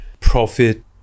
profit